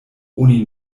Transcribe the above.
oni